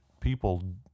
people